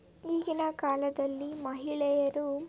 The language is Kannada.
ಈಗಿನ ಕಾಲದಲ್ಲಿ ಮಹಿಳೆಯರು